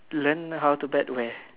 uh learn how to bet where